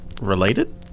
related